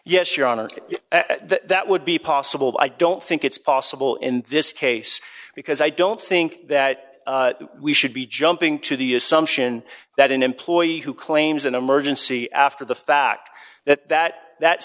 yes your honor that would be possible but i don't think it's possible in this case because i don't think that we should be jumping to the assumption that an employee who claims an emergency after the fact that that that